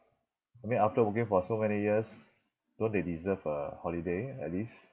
I mean after working for so many years don't they deserve a holiday at least